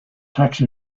taxi